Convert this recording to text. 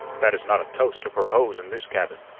that is not a toast to propose in this cabin.